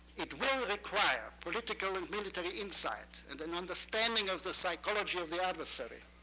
it will require political and military insight, and an understanding of the psychology of the adversary,